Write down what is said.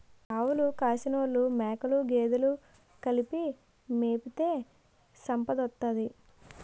ఆవులు కాసినోలు మేకలు గేదెలు కలిపి మేపితే సంపదోత్తది